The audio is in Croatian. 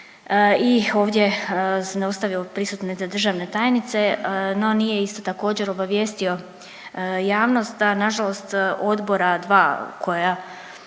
se ne razumije./… prisutne državne tajnice, no nije isto također obavijestio javnost da nažalost odbora dva koja